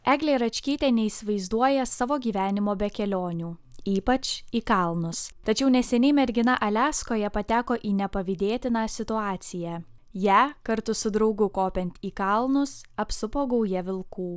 eglė račkytė neįsivaizduoja savo gyvenimo be kelionių ypač į kalnus tačiau neseniai mergina aliaskoje pateko į nepavydėtiną situaciją ją kartu su draugu kopiant į kalnus apsupo gauja vilkų